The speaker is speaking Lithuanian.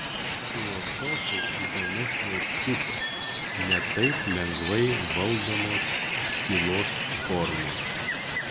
filosofui įdomesnės kitos ne taip lengvai valdomos tylos formos